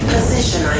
Position